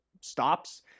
stops